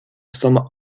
some